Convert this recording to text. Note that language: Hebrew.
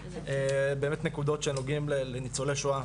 באמת נקודות שנוגעים לניצולי שואה,